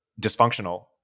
dysfunctional